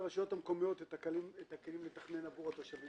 "(ב1)תכנית כאמור בסעיף קטן (ב) יכול שתכלול שימושים